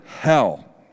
hell